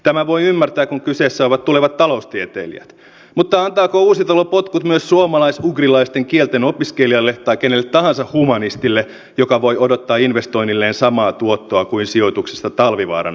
tämän voi ymmärtää kun kyseessä ovat tulevat taloustieteilijät mutta antaako uusitalo potkut myös suomalais ugrilaisten kielten opiskelijalle tai kenelle tahansa humanistille joka voi odottaa investoinnilleen samaa tuottoa kuin sijoituksesta talvivaaran osakkeisiin